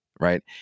Right